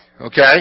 okay